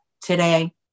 today